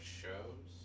shows